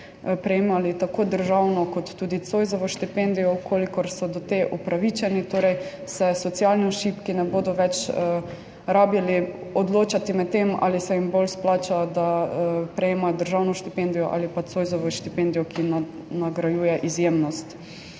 prejemali tako državno kot tudi Zoisovo štipendijo, v kolikor so do te upravičeni, torej se socialno šibki ne bodo več rabili odločati med tem, ali se jim bolj izplača, da prejemajo državno štipendijo ali pa Zoisovo štipendijo, ki nagrajuje izjemnost.